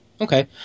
Okay